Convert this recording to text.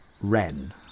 Wren